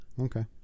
okay